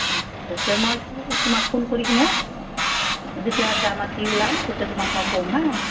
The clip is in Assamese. আচ্ছা মই তোমাক ফোন কৰি কিনে যেতিয়া যাম আৰু কি ওলাম তেতিয়া তোমাক তোমাক ক'ম হা